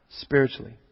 Spiritually